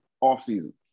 off-season